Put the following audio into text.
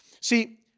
See